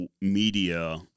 media